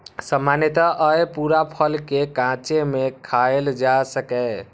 सामान्यतः अय पूरा फल कें कांचे मे खायल जा सकैए